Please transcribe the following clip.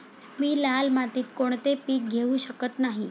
मी लाल मातीत कोणते पीक घेवू शकत नाही?